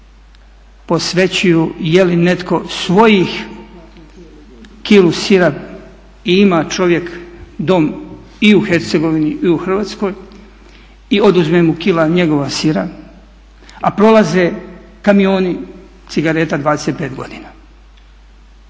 posvećuju je li netko svojih kilu sira i ima čovjek dom i u Hercegovini i u Hrvatskoj i oduzme mu kilu njegova sira a prolaze kamioni cigareta 25 godina.